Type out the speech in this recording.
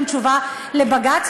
גם תשובה לבג"ץ,